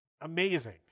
amazing